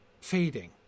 fading